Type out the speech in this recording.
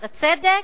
לצדק?